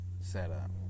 setup